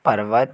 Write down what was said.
पर्वत